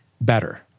better